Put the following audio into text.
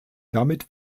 damit